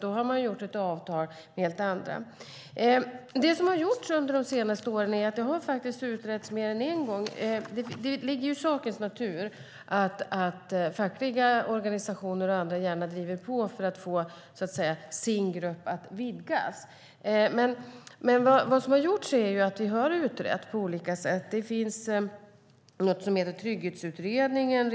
Då har man ett avtal med helt andra regler. Under de senaste åren har detta utretts mer än en gång. Det ligger i sakens natur att fackliga organisationer och andra gärna driver på för att få den egna gruppen att vidgas. Detta har utretts på olika sätt. Redan 1995 kom Trygghetsutredningen.